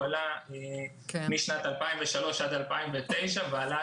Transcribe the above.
הוא עלה משנת 2003 ועד שנת 2009. ההעלאה